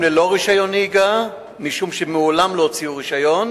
ללא רשיון נהיגה משום שמעולם לא הוציאו רשיון,